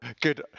Good